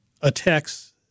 attacks